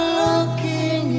looking